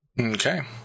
Okay